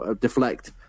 deflect